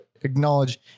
acknowledge